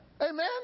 Amen